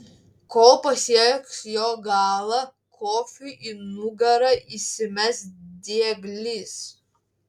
kol pasieks jo galą kofiui į nugarą įsimes dieglys